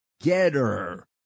Getter